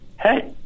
hey